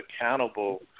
accountable